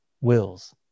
wills